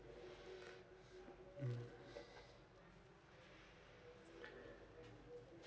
mm